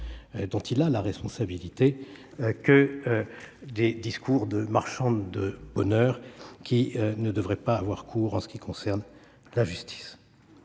dont il a la responsabilité à des discours de marchand de bonheur qui ne devraient pas avoir cours en ce qui concerne la justice.